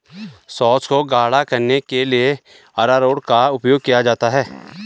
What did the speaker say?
sauce को गाढ़ा करने के लिए अरारोट का उपयोग किया जाता है